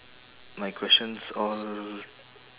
my questions all